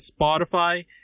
Spotify